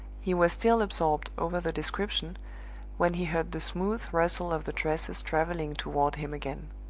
he was still absorbed over the description when he heard the smooth rustle of the dresses traveling toward him again.